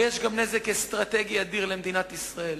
ויש גם נזק אסטרטגי אדיר למדינת ישראל.